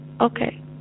Okay